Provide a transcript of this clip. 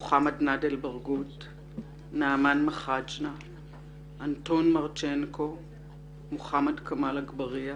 מוחמד נדאל ברגות נעמאן מחנגה אנטון מרצנקו מוחמד כמאל אגבאריה